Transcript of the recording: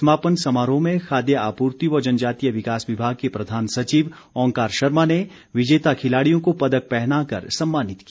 समापन समारोह में खाद्य आपूर्ति व जनजातीय विकास विभाग के प्रधान सचिव ओंकार शर्मा ने विजेता खिलाड़ियों को पदक पहनाकर सम्मानित किया